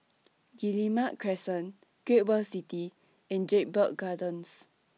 Guillemard Crescent Great World City and Jedburgh Gardens